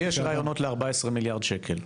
אתה יודע --- לי יש רעיונות ל-14 מיליארד שקל.